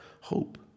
hope